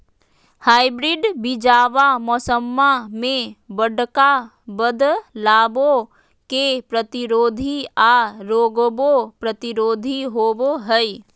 hybrid बीजावा मौसम्मा मे बडका बदलाबो के प्रतिरोधी आ रोगबो प्रतिरोधी होबो हई